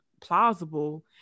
plausible